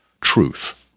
truth